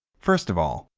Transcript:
first of all,